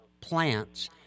plants